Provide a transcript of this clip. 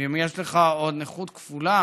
אם יש לך נכות כפולה,